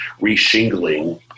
re-shingling